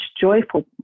joyful